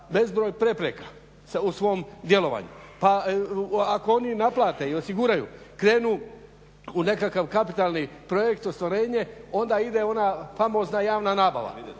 bezbroj prepreka u svom djelovanju. Pa ako oni naplate i osiguraju, krenu u nekakav kapitalni projekt ostvarenje, onda ide ona famozna javna nabava,